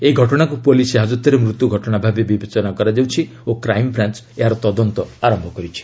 ଏହି ଘଟଣାକୃ ପ୍ରଲିସ୍ ହାଜତ୍ରେ ମୃତ୍ୟୁ ଘଟଣା ଭାବେ ବିବେଚନା କରାଯାଉଛି ଓ କ୍ରାଇମ୍ ବ୍ରାଞ୍ ଏହାର ତଦନ୍ତ ଆରମ୍ଭ କରିଛି